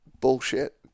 bullshit